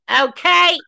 okay